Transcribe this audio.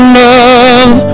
love